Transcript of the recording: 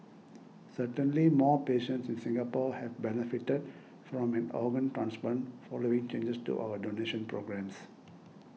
certainly more patients in Singapore have benefited from an organ transplant following changes to our donation programmes